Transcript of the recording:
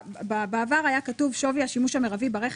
בעבר היה כתוב שווי השימוש המירבי ברכב